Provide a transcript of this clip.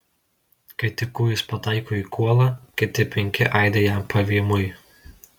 kai tik kūjis pataiko į kuolą kiti penki aidi jam pavymui